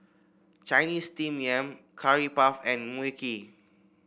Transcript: Chinese Steamed Yam Curry Puff and Mui Kee